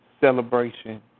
celebration